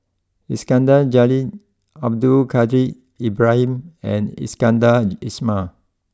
Iskandar Jalil Abdul Kadir Ibrahim and Iskandar Ismail